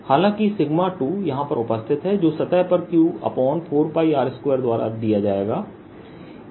हालांकि 2 यहां पर उपस्थित है जो सतह पर q4R2द्वारा दिया जाएगा